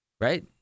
Right